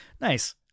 Nice